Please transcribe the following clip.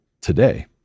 today